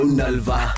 nalva